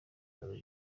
ryawe